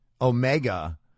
Omega